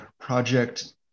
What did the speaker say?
project